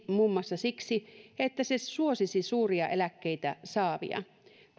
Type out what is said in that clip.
muun muassa siksi että se suosisi suuria eläkkeitä saavia